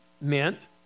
meant